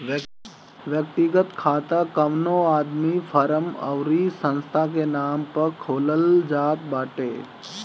व्यक्तिगत खाता कवनो आदमी, फर्म अउरी संस्था के नाम पअ खोलल जात बाटे